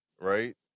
right